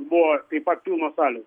buvo taip pat pilnos salės